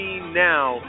now